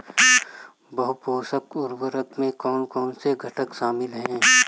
बहु पोषक उर्वरक में कौन कौन से घटक शामिल हैं?